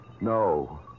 No